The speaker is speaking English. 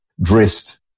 dressed